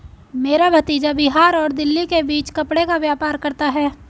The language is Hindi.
मेरा भतीजा बिहार और दिल्ली के बीच कपड़े का व्यापार करता है